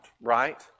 right